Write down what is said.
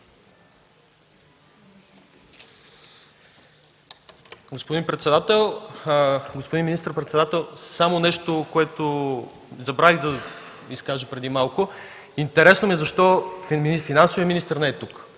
Господин председател, господин министър-председател! Нещо, което забравих да кажа преди малко. Интересно ми е защо финансовият министър не е тук,